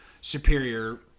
superior